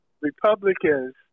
Republicans